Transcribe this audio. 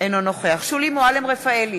אינו נוכח שולי מועלם-רפאלי,